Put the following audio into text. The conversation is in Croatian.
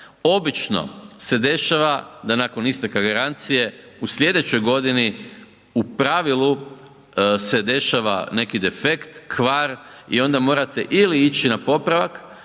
Obično se dešava da nakon isteka garancije u sljedećoj godini u pravilu se dešava neki defekt, kvar i onda morate ili ići na popravak